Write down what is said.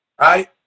right